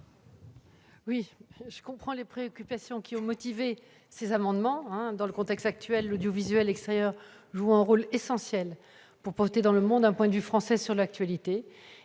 ? Je comprends les préoccupations qui ont motivé ces amendements. Dans le contexte actuel, l'audiovisuel extérieur joue un rôle essentiel pour apporter dans le monde un point de vue français sur l'actualité.